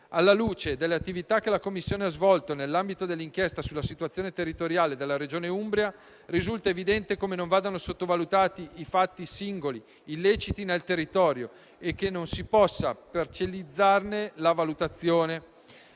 Alla luce delle attività che la Commissione ha svolto nell'ambito dell'inchiesta sulla situazione territoriale della Regione Umbria risulta evidente come non vadano sottovalutati singoli fatti illeciti nel territorio e che non si possa parcellizzarne la valutazione.